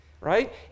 right